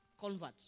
convert